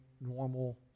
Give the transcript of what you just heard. normal